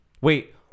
Wait